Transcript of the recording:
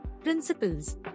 Principles